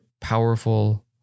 powerful